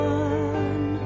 one